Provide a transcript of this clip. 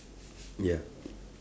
ya